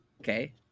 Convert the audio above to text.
Okay